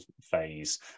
phase